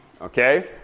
Okay